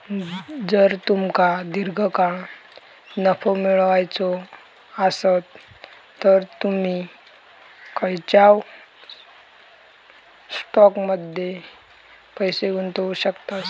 जर तुमका दीर्घकाळ नफो मिळवायचो आसात तर तुम्ही खंयच्याव स्टॉकमध्ये पैसे गुंतवू शकतास